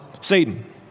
Satan